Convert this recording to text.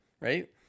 right